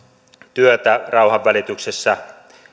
työtä rauhanvälityksessä